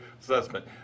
assessment